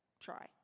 try